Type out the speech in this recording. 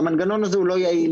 המנגנון עצמו הוא לא יעיל.